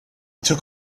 took